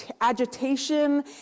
agitation